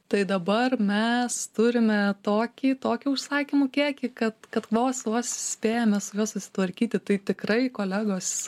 tai dabar mes turime tokį tokį užsakymų kiekį kad kad vos spėjame su juo sutvarkyti tai tikrai kolegos